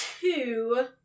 two